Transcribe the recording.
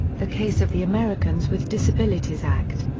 the case of the americans with disabilities act.